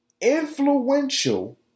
influential